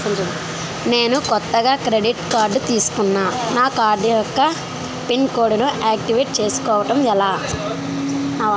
నేను కొత్తగా credit card తిస్కున్నా నా కార్డ్ యెక్క పిన్ కోడ్ ను ఆక్టివేట్ చేసుకోవటం ఎలా?